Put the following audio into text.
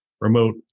remote